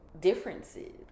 Differences